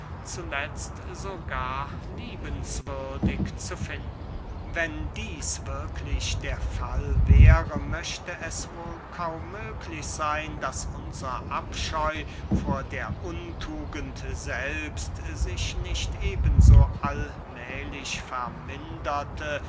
zuletzt sogar liebenswürdig zu finden wenn dieß wirklich der fall wäre möchte es wohl kaum möglich seyn daß unser abscheu vor der untugend selbst sich nicht eben so allmählich verminderte